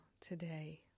today